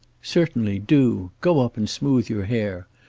certainly do go up and smooth your hair.